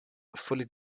fully